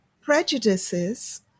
prejudices